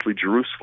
Jerusalem